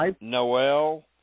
Noel